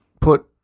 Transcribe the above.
put